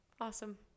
Awesome